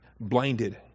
blinded